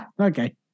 okay